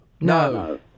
no